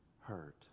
hurt